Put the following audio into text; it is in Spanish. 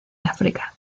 áfrica